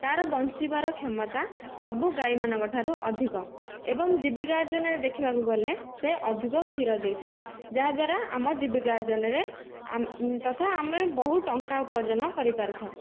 ତା'ର ବଞ୍ଚିବାର କ୍ଷମତା ସବୁ ଗାଈମାନଙ୍କ ଠାରୁ ଅଧିକ ଏବଂ ଜୀବିକା ଅର୍ଜନରେ ଦେଖିବାକୁ ଗଲେ ସେ ଅଧିକ କ୍ଷୀର ଦେଇଥାଏ ଯାହାଦ୍ୱାରା ଆମ ଜୀବିକା ଅର୍ଜନରେ ତଥା ଆମେ ବହୁ ଟଙ୍କା ଉପାର୍ଜନ କରିପାରିଥାଉ